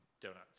donuts